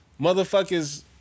motherfuckers